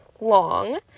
long